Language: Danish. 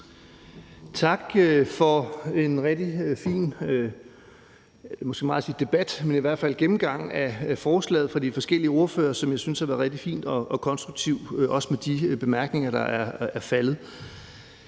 Tak for en rigtig fin, det er måske for meget at sige debat, men i hvert fald gennemgang af forslaget af de forskellige ordførere, som jeg synes har været rigtig fin og konstruktiv, også med de bemærkninger, der er faldet.